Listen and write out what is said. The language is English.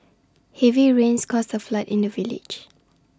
heavy rains caused A flood in the village